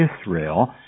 Israel